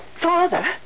Father